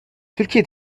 türkiye